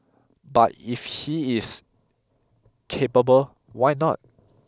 but if he is capable why not